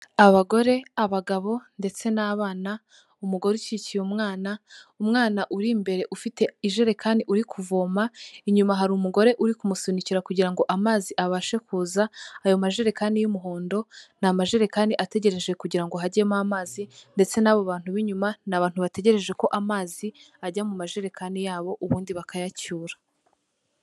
Abagore abagabo ndetse n'abana, umugore ukikiye umwana, umwana uri imbere ufite ijerekani uri kuvoma inyuma hari umugore uri kumusunikira kugira ngo amazi abashe kuza, ayo majerekani y'umuhondo ni amajerekani ategereje kugira ngo hajyemo amazi ndetse n'abo bantu b'inyuma, ni abantu bategereje ko amazi ajya mu majerekani yabo ubundi bakayacyura.